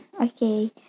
okay